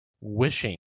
wishing